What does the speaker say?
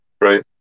right